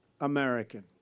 American